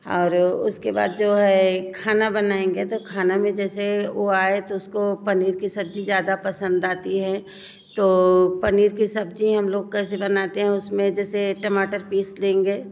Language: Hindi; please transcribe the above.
और उसके बाद जो है खाना बनाएंगे तो खाना में जैसे वो आए तो उसको पनीर की सब्ज़ी ज़्यादा पसंद आती है तो पनीर की सब्ज़ी हम लोग कैसे बनाते हैं उसमें जैसे टमाटर पीस देंगे